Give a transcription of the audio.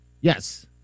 Yes